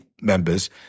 members